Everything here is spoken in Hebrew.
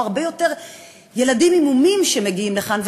והרבה יותר ילדים עם מומים מגיעים לשם,